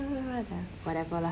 whatever lah